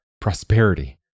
prosperity